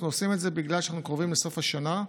אנחנו עושים את זה בגלל שאנחנו קרובים לסוף השנה,